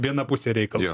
viena pusė reikalo